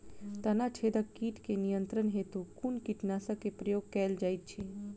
तना छेदक कीट केँ नियंत्रण हेतु कुन कीटनासक केँ प्रयोग कैल जाइत अछि?